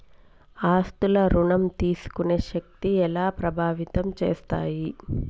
ఆస్తుల ఋణం తీసుకునే శక్తి ఎలా ప్రభావితం చేస్తాయి?